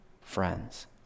friends